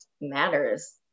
matters